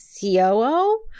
coo